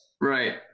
Right